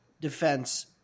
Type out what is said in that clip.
defense